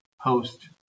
post